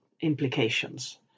implications